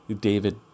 David